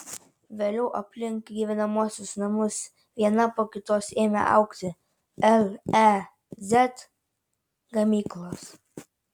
vėliau aplink gyvenamuosius namus viena po kitos ėmė augti lez gamyklos